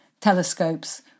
telescopes